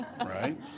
right